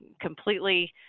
completely